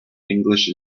english